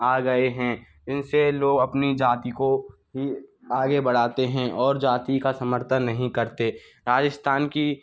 आ गए हैं इनसे लोग अपनी जाति को ही आगे बढ़ते हैं और जाति का समर्थन नहीं करते राजस्थान की